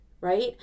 right